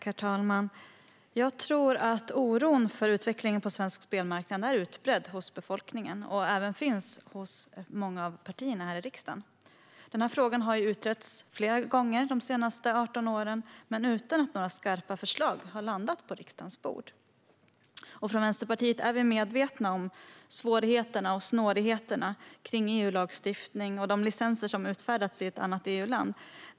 Herr talman! Jag tror att oron för utvecklingen på svensk spelmarknad är utbredd hos befolkningen och även finns hos många av partierna här i riksdagen. Denna fråga har utretts flera gånger de senaste 18 åren men utan att några skarpa förslag har landat på riksdagens bord. Från Vänsterpartiet är vi medvetna om svårigheterna och snårigheterna kring EU-lagstiftningen och de licenser som har utfärdats i ett annat EU-land.